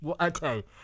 Okay